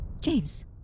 James